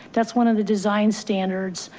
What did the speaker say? that's one of the design standards,